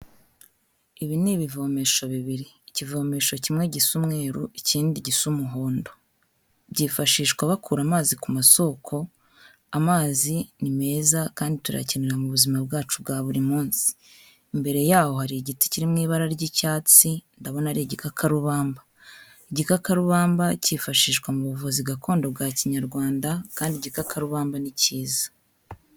Ibi ni ibivomesho bibiri. Ikivomesho kimwe gisa umweru, ikindi gisa umuhondo. Byifashishwa bakura amazi ku masoko. Amazi ni meza kandi turayakenera mu buzima bwacu bwa buri munsi. Imbere yaho hari igiti kiri mu ibara ry'icyatsi ndabona ari igikakarubamba. Igikakarubamba kifashishwa mu buvuzi gakondo bwa Kinyarwanda kandi igikakarubamba ni kiza.